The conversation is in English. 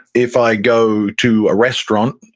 if i go to a restaurant,